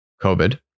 COVID